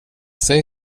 sig